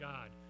God